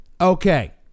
Okay